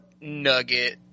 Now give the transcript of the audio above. Nugget